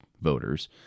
voters